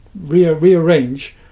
rearrange